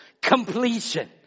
completion